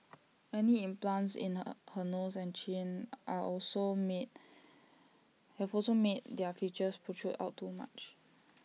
any implants in her her nose and chin are also made have also made they are features protrude out too much